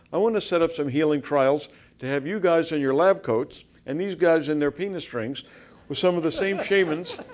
i wanna set up some healing trials to have you guys in your lab coats and these guys in their penis strings with some of the same shamans,